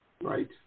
Right